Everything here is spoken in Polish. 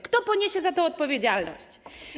Kto poniesie za to odpowiedzialność?